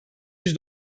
yüz